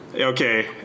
Okay